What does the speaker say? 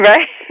Right